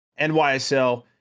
NYSL